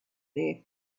there